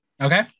Okay